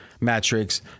metrics